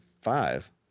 five